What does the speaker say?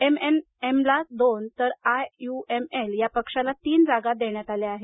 एमएनएमला दोन तर आययुएमएल पक्षाला तीन जागा देण्यात आल्या आहेत